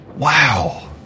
Wow